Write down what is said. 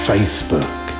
Facebook